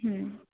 ಹ್ಞೂ